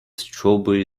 strawberry